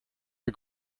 the